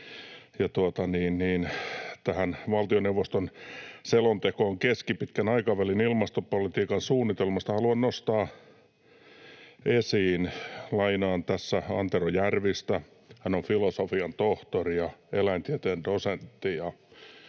tähän valtioneuvoston selontekoon keskipitkän aikavälin ilmastopolitiikan suunnitelmasta haluan nostaa esiin... Lainaan tässä Antero Järvistä, hän on filosofian tohtori ja eläintieteen dosentti,